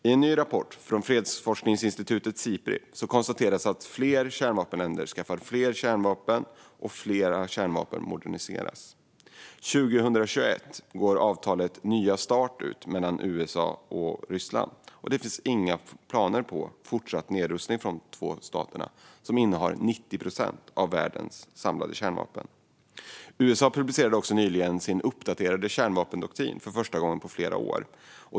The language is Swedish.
I en ny rapport från fredsforskningsinstitutet Sipri konstateras att flera kärnvapenländer skaffar fler kärnvapen och att flera kärnvapen moderniseras. År 2021 går avtalet Nya Start mellan USA och Ryssland ut, och de två stater som innehar 90 procent av världens samlade kärnvapen har inga planer på fortsatt nedrustning. USA publicerade nyligen sin uppdaterade kärnvapendoktrin, för första gången på flera år.